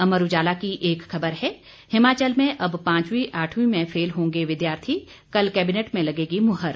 अमर उजाला की एक खबर है हिमाचल में अब पांचवीं आठवीं में फेल होंगे विद्यार्थी कल कैबिनेट में लगेगी मुहर